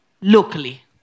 locally